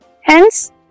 Hence